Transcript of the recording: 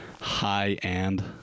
high-end